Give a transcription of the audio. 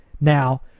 now